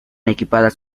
equipadas